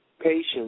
patients